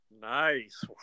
Nice